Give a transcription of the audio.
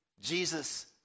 Jesus